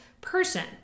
person